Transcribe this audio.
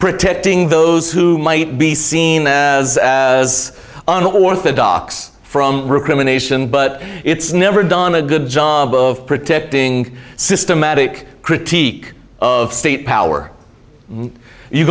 protecting those who might be seen as as an orthodox from recrimination but it's never done a good job of protecting systematic critique of state power